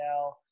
now